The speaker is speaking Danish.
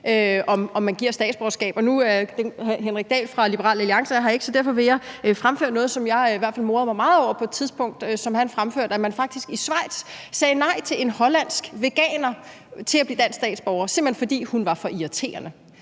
om man giver et statsborgerskab. Og nu er hr. Henrik Dahl fra Liberal Alliance her ikke, så derfor vil jeg fremføre noget, som han fremførte, og som jeg i hvert fald morede mig meget over på det tidspunkt, altså at man faktisk i Schweiz sagde nej til en hollandsk veganer til at blive statsborger, simpelt hen fordi hun var for irriterende.